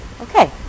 Okay